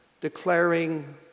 declaring